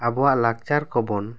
ᱟᱵᱚᱣᱟᱜ ᱞᱟᱠᱪᱟᱨ ᱠᱚ ᱵᱚᱱ